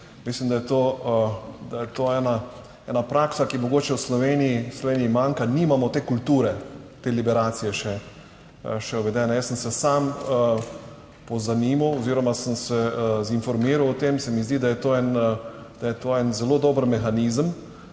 je to, da je to ena, ena praksa, ki mogoče v Sloveniji manjka, nimamo te kulture, te liberacije še uvedena. Jaz sem se sam pozanimal oziroma sem se zinformiral o tem, se mi zdi, da je to en, da je to en zelo dober mehanizem,